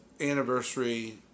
anniversary